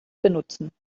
benutzen